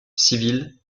civile